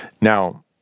Now